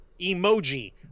emoji